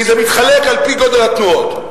כי זה מתחלק על-פי גודל התנועות.